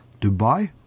Dubai